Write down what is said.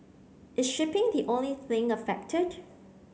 is shipping the only thing affected